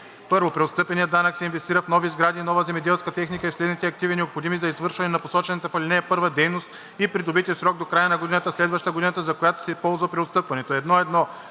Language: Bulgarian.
1. преотстъпеният данък се инвестира в нови сгради и нова земеделска техника и в следните активи, необходими за извършване на посочената в ал. 1 дейност, и придобити в срок до края на годината, следваща годината, за която се ползва преотстъпването: